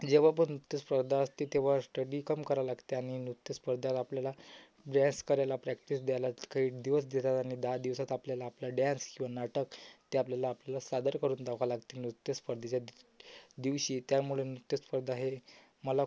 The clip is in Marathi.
जेव्हा पण नृत्यस्पर्धा असते तेव्हा स्टडी कम करा लागते आणि नृत्यस्पर्धाला आपल्याला डॅन्स करायला प्रॅक्टिस द्यायला काही दिवस देतात आणि दहा दिवसात आपल्याला आपला डॅन्स किंवा नाटक ते आपल्याला आपलं सादर करून दाखवायला लागतील नृत्यस्पर्धेच्या दि दिवशी त्यामुळे नृत्यस्पर्धा हे मला